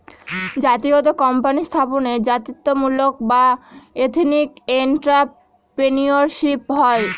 জাতিগত কোম্পানি স্থাপনে জাতিত্বমূলক বা এথেনিক এন্ট্রাপ্রেনিউরশিপ হয়